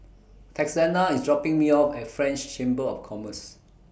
Texanna IS dropping Me off At French Chamber of Commerce